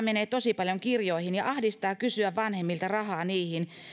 menee tosi paljon kirjoihin ja ahdistaa kysyä vanhemmilta rahaa niihin